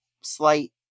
slight